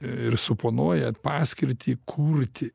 ir suponuoja paskirtį kurti